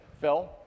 Phil